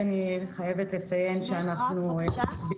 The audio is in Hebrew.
בבקשה.